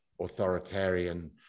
authoritarian